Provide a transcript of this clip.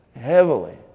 heavily